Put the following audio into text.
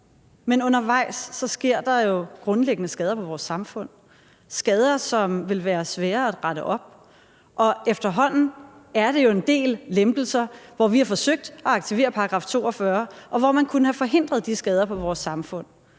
Men undervejs sker der jo grundlæggende skader på vores samfund; skader, som vil være svære at rette op. Og efterhånden er det jo en del lempelser, hvor vi har forsøgt at aktivere § 42, og hvor man kunne have forhindret de skader på vores samfund.